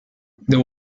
the